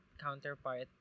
counterpart